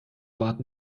warten